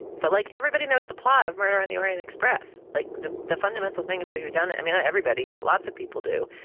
but like everybody knows the plot of murder on the orient express. like the the fundamental thing about whodunit, i mean everybody but lots of people do.